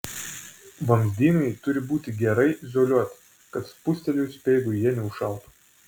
vamzdynai turi būti gerai izoliuoti kad spustelėjus speigui jie neužšaltų